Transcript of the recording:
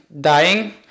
dying